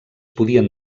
podien